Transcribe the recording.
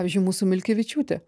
pavyzdžiui mūsų milkevičiūtė